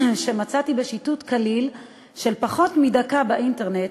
שמצאתי בשיטוט קליל של פחות מדקה באינטרנט,